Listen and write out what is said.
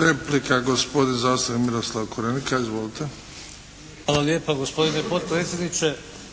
Replika, gospodin zastupnik Miroslav Korenika. Izvolite! **Korenika, Miroslav (SDP)** Hvala lijepa gospodine potpredsjedniče.